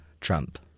Trump